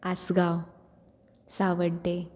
Assagao Sanvordem